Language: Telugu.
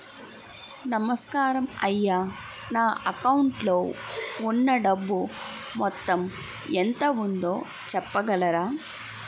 నమస్కారం అయ్యా నా అకౌంట్ లో ఉన్నా డబ్బు మొత్తం ఎంత ఉందో చెప్పగలరా?